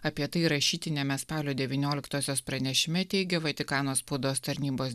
apie tai rašytiniame spalio devynioliktosios pranešime teigia vatikano spaudos tarnybos